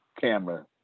camera